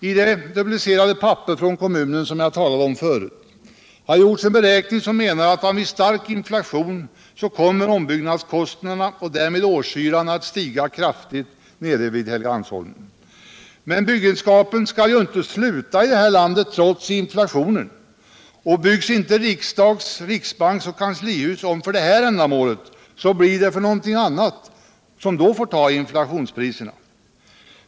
I det duplicerade papper från kommunen som jag talade om förut har gjorts en beräkning, som gör gällande att vid stark inflation kommer ombyggnadskostnaderna och därmed årshyran vid Helgeandsholmen att stiga kraftigt. Men byggenskapen skall ju inte sluta i det här landet trots inflationen, och byggs inte riksdags-, riksbank och kanslihus om för detta ändamål så blir det för någonting annat, som då får ta inflationspriserna.